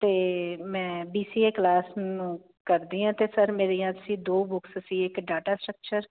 ਤੇ ਮੈਂ B C A class ਕਰਦੀ ਆਂ ਤੇ ਸਰ ਮੇਰੀਆਂ ਸੀ ਦੋ ਬੁੱਕਸ ਸੀ ਇੱਕ ਡਾਟਾ ਸਟਰਕਚਰ